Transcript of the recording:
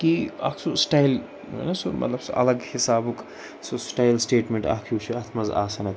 کہِ اَکھ سُہ سٹایِل سُہ مطلب سُہ الگ حِسابُک سُہ سٹایِل سٹیٹمیٚنٛٹ اَکھ ہیٛو چھُ اَتھ منٛز آسان حظ